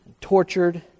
tortured